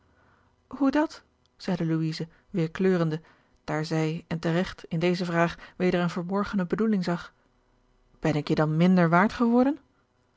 hoe dat zeide louise weêr kleurende daar zij en teregt in deze vraag weder een verborgene bedoeling zag ben ik je dan minder waard geworden